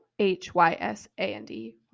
H-Y-S-A-N-D